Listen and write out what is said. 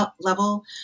level